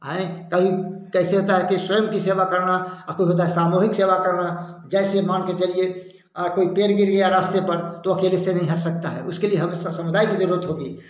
आएँ कभी कैसे होता है कि स्वयं की सेवा करना कोई होता है सामूहिक सेवा करना जैसे मान के चलिए कोई पेड़ गिर गया रास्ते पर तो अकेले से हट सकता है उसके लिए हम समुदाय की जरुरत होगी